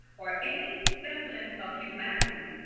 or any semblance of humanity,